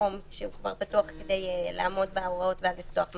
המקום כדי לעמוד בהוראות ואז לפתוח מחדש.